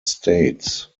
states